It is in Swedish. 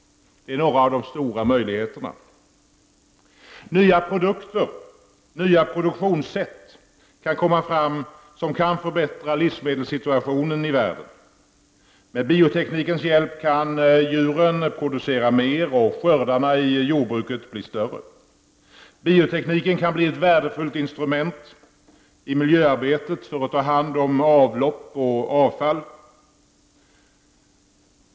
Detta är några av de stora möjligheter som biotekniken ger. Nya produkter och nya produktionssätt som kan förbättra livsmedelssituationen i världen kan tas fram. Med bioteknikens hjälp kan djuren producera mer och skördarna i jordbruket bli större. Biotekniken kan bli ett värdefullt instrument i miljöarbetet när det gäller att ta hand om avlopp och avfall.